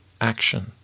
action